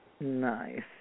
Nice